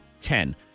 ten